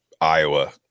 iowa